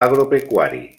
agropecuari